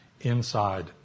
inside